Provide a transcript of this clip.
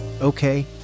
Okay